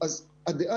אז בבקשה, הבמה שלך.